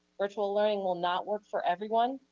virtual learning will not work for everyone.